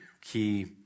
key